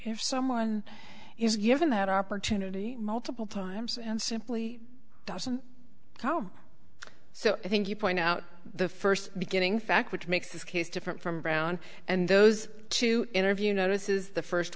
if someone is given that opportunity multiple times and simply doesn't go so i think you point out the first beginning fact which makes this case different from brown and those two interview notices the first